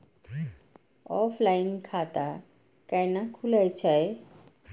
Offline खाता कैना खुलै छै?